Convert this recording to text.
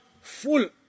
full